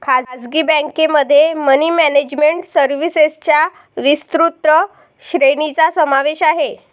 खासगी बँकेमध्ये money management सर्व्हिसेसच्या विस्तृत श्रेणीचा समावेश आहे